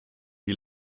die